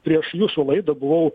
prieš jūsų laidą buvau